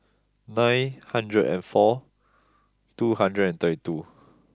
nine hundred and four two hundred and thirty two